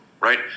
right